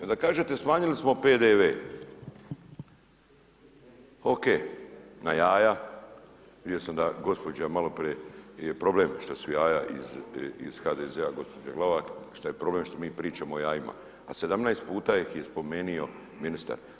Onda kažete smanjili smo PDV, ok, na jaja, vidio sam da gospođa, maloprije, je problem, što su jaja iz HDZ-a, gospođa Glavak, šta je problem što mi pričamo o jajima, a 17 puta ih je spomenuo ministar.